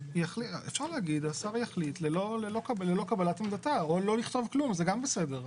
אפשר להגיד שהשר יחליט ללא קבלת עמדתה או לא לכתוב כלום שזה גם בסדר.